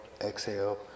exhale